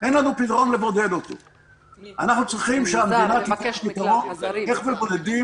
אנחנו צריכים שהמדינה תחשוב איך מבודדים